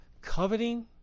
coveting